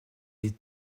est